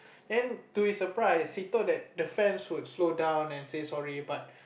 then to his surprise he thought that the fans would slow down and say sorry but